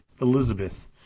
Elizabeth